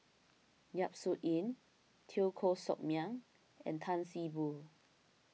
Yap Su Yin Teo Koh Sock Miang and Tan See Boo